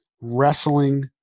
wrestling